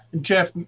Jeff